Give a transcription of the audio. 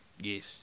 Yes